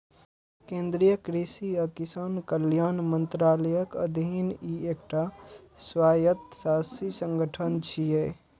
केंद्रीय कृषि आ किसान कल्याण मंत्रालयक अधीन ई एकटा स्वायत्तशासी संगठन छियै